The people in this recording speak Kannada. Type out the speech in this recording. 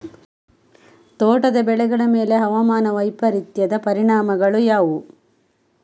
ತೋಟದ ಬೆಳೆಗಳ ಮೇಲೆ ಹವಾಮಾನ ವೈಪರೀತ್ಯದ ಪರಿಣಾಮಗಳು ಯಾವುವು?